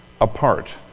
apart